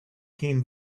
came